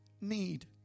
need